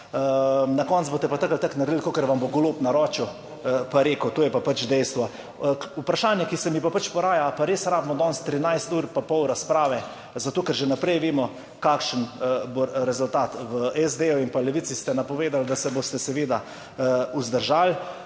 tako ali tako naredili kakor vam bo Golob naročil, pa rekel, to je pa pač dejstvo. Vprašanje, ki se mi pa pač poraja, pa res rabimo danes trinajst pa pol ure razprave, zato ker že vnaprej vemo, kakšen bo rezultat. V SD in Levici ste napovedali, da se boste seveda vzdržali,